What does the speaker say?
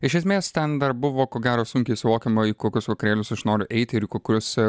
iš esmės ten dar buvo ko gero sunkiai suvokiamo į kokius vakarėlius aš noriu eiti ir į kukoriose